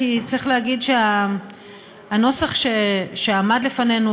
כי צריך להגיד שהנוסח שעמד לפנינו,